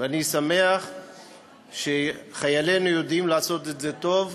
ואני שמח שחיילינו יודעים לעשות את זה טוב.